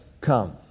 come